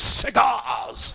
cigars